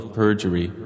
perjury